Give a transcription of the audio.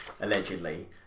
allegedly